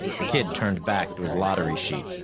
the kid turned back to his lottery sheet.